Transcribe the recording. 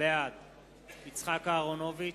בעד יצחק אהרונוביץ,